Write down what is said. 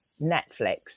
Netflix